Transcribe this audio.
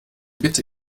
bitte